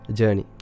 Journey